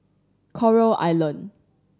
Coral Island